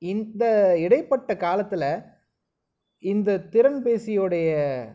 இந்த இடைப்பட்ட காலத்தில் இந்த திறன்பேசினுடைய